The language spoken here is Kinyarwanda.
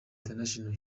international